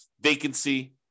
vacancy